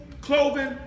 clothing